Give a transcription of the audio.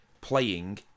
playing